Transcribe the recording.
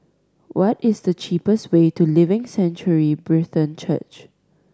what is the cheapest way to Living Sanctuary Brethren Church